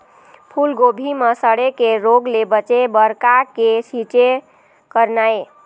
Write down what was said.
फूलगोभी म सड़े के रोग ले बचे बर का के छींचे करना ये?